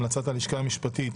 המלצת הלשכה המשפטית